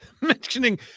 mentioning